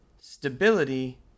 Stability